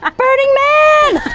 um burning man!